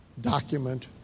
document